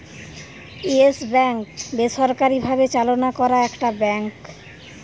yes Bank বেসরকারি ভাবে চালনা করা একটা ব্যাঙ্ক